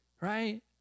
right